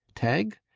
tag?